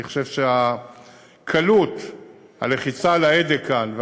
אני חושב שקלות הלחיצה על ההדק כאן,